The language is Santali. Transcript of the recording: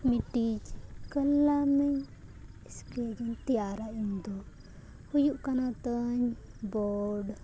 ᱢᱤᱫᱴᱮᱱ ᱠᱟᱞᱟᱢ ᱥᱠᱮᱪ ᱤᱧ ᱛᱮᱭᱟᱨᱟ ᱤᱧ ᱫᱚ ᱦᱩᱭᱩᱜ ᱠᱟᱱᱟ ᱛᱟᱹᱧ ᱵᱳᱨᱰ